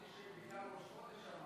מכובדי יושב-ראש הכנסת,